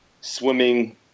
swimming